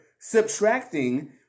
subtracting